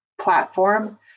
platform